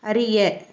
அறிய